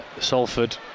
Salford